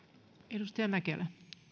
arvoisa puhemies